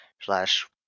slash